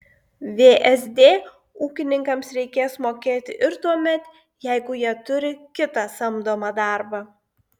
vsd ūkininkams reikės mokėti ir tuomet jeigu jie turi kitą samdomą darbą